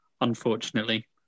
unfortunately